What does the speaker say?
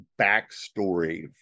backstory